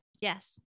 Yes